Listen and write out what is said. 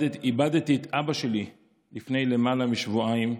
איבדתי את אבא שלי לפני למעלה משבועיים.